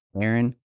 Aaron